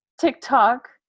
TikTok